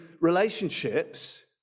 relationships